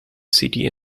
city